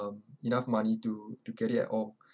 um enough money to to get it at all